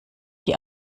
die